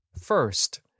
First